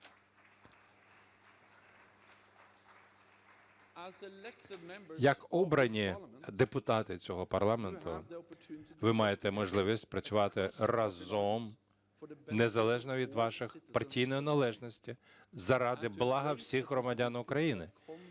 Як обрані депутати цього парламенту, ви маєте можливість працювати разом, незалежно від вашої партійної належності, заради блага всіх громадян України